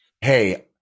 Hey